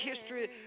History